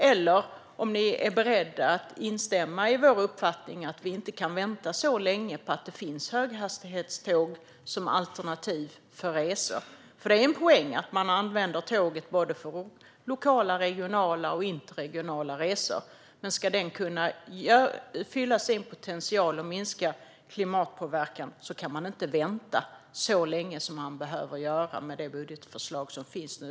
Eller är ni beredda att instämma i vår uppfattning att vi inte kan vänta så länge på att det finns höghastighetståg som ett alternativ för resor? Det är en poäng att man använder tåget för såväl lokala som regionala och interregionala resor. Men ska det kunna uppfylla sin potential och minska klimatpåverkan kan man inte vänta så länge som man behöver göra med det budgetförslag som finns nu.